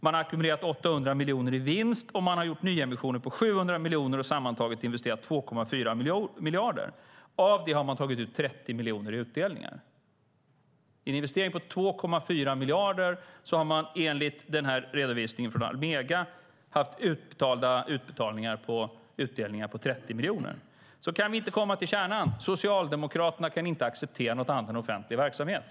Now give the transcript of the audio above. Man har ackumulerat 800 miljoner i vinst, och man har gjort nyemissioner på 700 miljoner och sammantaget investerat 2,4 miljarder. Av det har man tagit ut 30 miljoner i utdelningar. På en investering på 2,4 miljarder har man alltså enligt denna redovisning från Almega gjort utdelningar på 30 miljoner. Kan vi inte komma till kärnan, nämligen att Socialdemokraterna inte kan acceptera något annat än offentlig verksamhet?